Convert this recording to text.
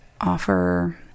offer